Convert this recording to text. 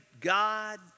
God